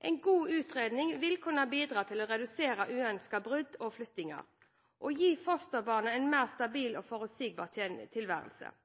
En god utredning vil kunne bidra til å redusere uønskede brudd og flyttinger og gi fosterbarnet en mer stabil og forutsigbar tilværelse.